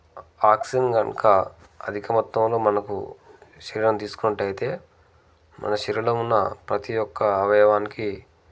oxygen కనుక అధిక మొత్తంలో మనకు శరీరం తీసుకున్నట్టైతే మన శరీరంలో ఉన్న ప్రతీ యొక్క అవయవానికి